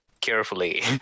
carefully